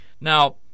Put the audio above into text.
Now